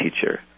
teacher